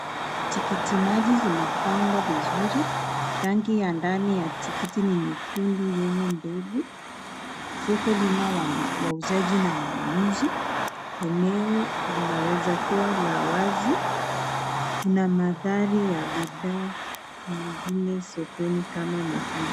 Tikiti maji zimepangwa vizuri, rangi ya ndani ya tikiti ni nyekundu yenye mbegu, soko lina wauzaji na wanunuzi, eneo linaweza kuwa la wazi kuna mandhari ya bidhaa nyingine sokoni kama matunda.